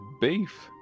Beef